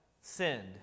Sinned